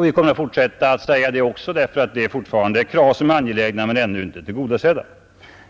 Vi kommer att fortsätta att säga detta eftersom det handlar om en angelägen sak.